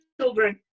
children